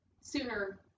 sooner